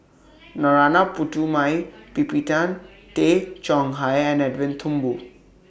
Narana Putumaippittan Tay Chong Hai and Edwin Thumboo